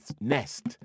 nest